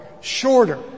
shorter